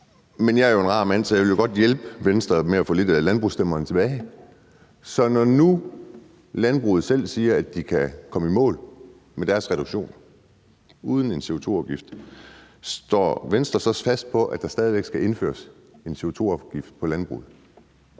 Men jeg er jo en rar mand, så jeg vil godt hjælpe Venstre med at få lidt af landbrugsstemmerne tilbage. Så når nu landbruget selv siger, at de kan komme i mål med deres reduktion uden en CO2-afgift, står Venstre så fast på, at der stadig væk skal indføres en CO2-afgift på landbruget?